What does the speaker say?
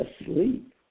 asleep